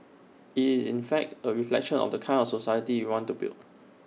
IT is in fact A reflection of the kind of society we want to build